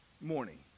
morning